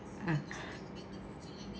uh